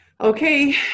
okay